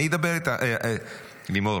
לימור,